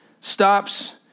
stops